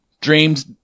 dreams